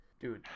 dude